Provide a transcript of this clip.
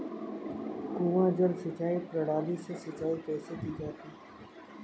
कुआँ जल सिंचाई प्रणाली से सिंचाई कैसे की जाती है?